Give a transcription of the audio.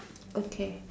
okay